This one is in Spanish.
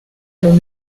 los